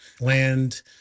land